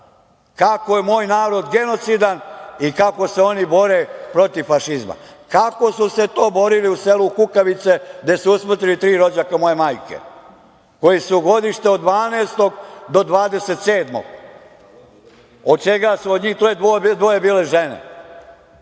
kako je moj narod genocidan i kako se oni bore protiv fašizma. Kako su se to borili u selu Kukavice gde su usmrtili tri rođaka moje majke koji su godište od 1912. do 1927, od njih troje dve su bile žene?